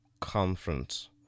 Conference